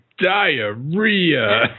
Diarrhea